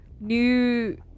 New